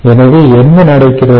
எனவே என்ன நடக்கிறது